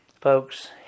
Folks